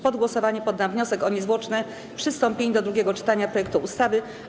Pod głosowanie poddam wniosek o niezwłoczne przystąpienie do drugiego czytania projektu ustawy.